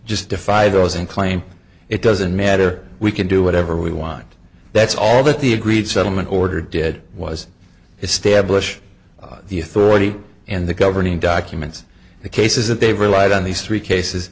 defy those and claim it doesn't matter we can do whatever we want that's all that the agreed settlement order did was establish the authority and the governing documents the cases that they relied on these three cases